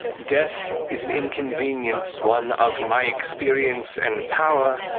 death is an inconvenience one of my experience and power